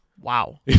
Wow